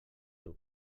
teu